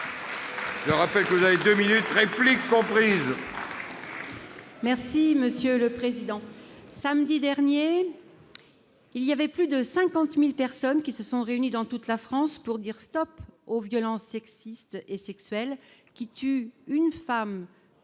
Je rappelle que vous disposez de deux minutes, réplique comprise. Merci, monsieur le président. Samedi dernier, plus de 50 000 personnes se sont réunies dans toute la France pour dire « stop » aux violences sexistes et sexuelles, qui tuent une femme